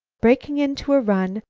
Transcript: breaking into a run,